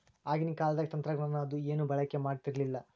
ಆಗಿನ ಕಾಲದಾಗ ತಂತ್ರಜ್ಞಾನ ಅದು ಏನು ಬಳಕೆ ಮಾಡತಿರ್ಲಿಲ್ಲಾ